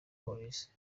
polisi